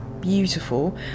beautiful